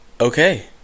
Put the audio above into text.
okay